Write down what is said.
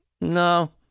no